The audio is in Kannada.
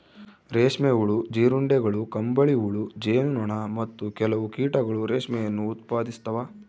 ರೇಷ್ಮೆ ಹುಳು, ಜೀರುಂಡೆಗಳು, ಕಂಬಳಿಹುಳು, ಜೇನು ನೊಣ, ಮತ್ತು ಕೆಲವು ಕೀಟಗಳು ರೇಷ್ಮೆಯನ್ನು ಉತ್ಪಾದಿಸ್ತವ